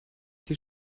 die